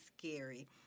scary